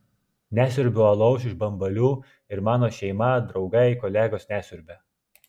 nesiurbiu alaus iš bambalių ir mano šeima draugai kolegos nesiurbia